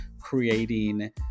creating